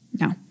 no